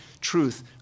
truth